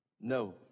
No